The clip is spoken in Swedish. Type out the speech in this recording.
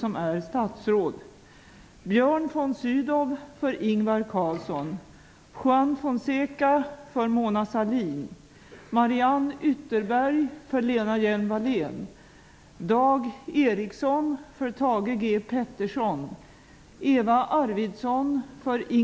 Detta utan att ens ha försökt att skapa det samarbetsklimat som statsministern talat om.